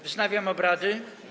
Wznawiam obrady.